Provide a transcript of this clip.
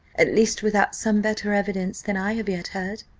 at least without some better evidence than i have yet heard.